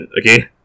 Okay